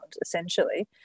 essentially